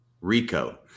RICO